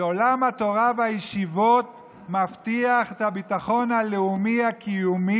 שעולם התורה והישיבות מבטיח את הביטחון הלאומי הקיומי